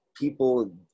people